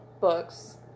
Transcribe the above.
books